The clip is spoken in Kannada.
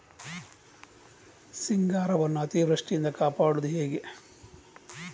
ಸಿಂಗಾರವನ್ನು ಅತೀವೃಷ್ಟಿಯಿಂದ ಕಾಪಾಡುವುದು ಹೇಗೆ?